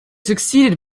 succeeded